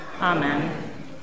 Amen